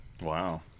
Wow